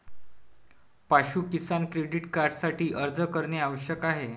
पाशु किसान क्रेडिट कार्डसाठी अर्ज करणे आवश्यक आहे